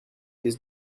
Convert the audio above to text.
his